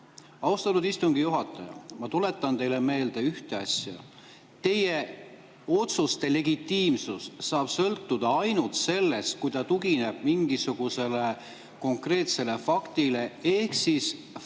Austatud istungi juhataja! Ma tuletan teile meelde ühte asja. Teie otsuse legitiimsus saab sõltuda ainult sellest, et see tugineb mingisugusele konkreetsele faktile. Näiteks faktile,